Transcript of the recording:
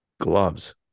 gloves